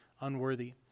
unworthy